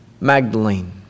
Magdalene